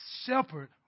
shepherd